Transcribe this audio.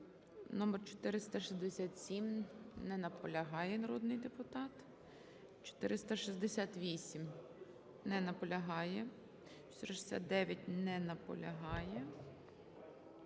номер 467. Не наполягає народний депутат. 468. Не наполягає. 469. Не наполягає.